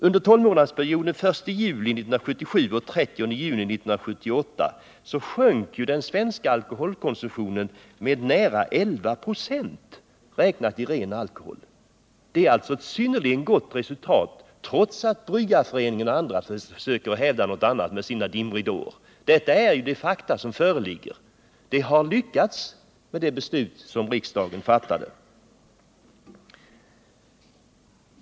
Under tolvmånadersperioden 1 juli 1977-30 juni 1978 sjönk den svenska alkoholkonsumtionen med nära 11 96 i ren alkohol räknat. Det är alltså ett synnerligen gott resultat, trots att Svenska bryggareföreningen och andra försöker hävda någonting annat med sina dimridåer. Detta är det faktum som föreligger: genom det beslut som riksdagen fattat har vi lyckats i vår strävan att nedbringa alkoholkonsumtionen.